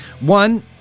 One